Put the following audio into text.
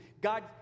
God